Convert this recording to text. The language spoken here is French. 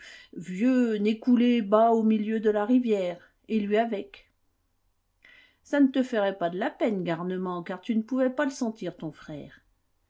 vieux n'ait coulé bas au milieu de la rivière et lui avec ça ne te ferait pas de peine garnement car tu ne pouvais pas le sentir ton frère